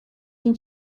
این